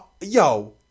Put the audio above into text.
yo